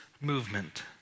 movement